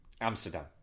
Amsterdam